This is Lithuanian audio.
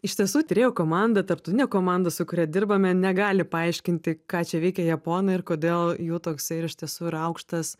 iš tiesų tyrėjų komanda tarptautinė komanda su kuria dirbame negali paaiškinti ką čia veikia japonai ir kodėl jų toksai iš tiesų yra aukštas